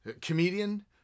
comedian